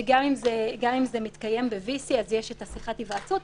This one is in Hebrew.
שגם אם זה מתקיים ב-VC יש שיחת היוועצות.